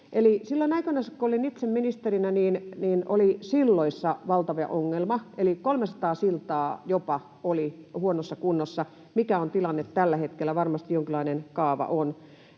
Silloin aikanansa, kun olin itse ministerinä, oli silloissa valtava ongelma, jopa 300 siltaa oli huonossa kunnossa. Mikä on tilanne tällä hetkellä? Varmasti jonkinlainen kaava on.